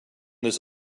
this